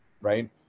Right